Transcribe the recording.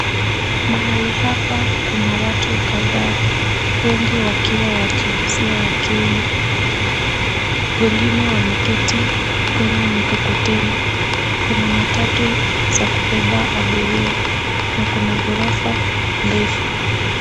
Mahali hapa kuna watu kadhaa, wengi wakiwa wa jinsia ya kiume. Wengine wameketi kwenye mikokoteni. Kuna matatu za kubeba abiria na kuna ghorofa ndefu.